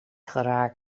geraak